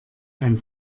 ein